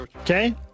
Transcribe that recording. Okay